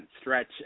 stretch